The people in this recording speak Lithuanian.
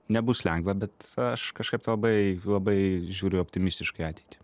nebus lengva bet aš kažkaip tai labai labai žiūriu optimistiškai į ateitį